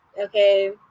okay